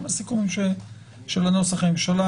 זה סיכום של נוסח הממשלה.